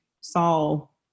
Saul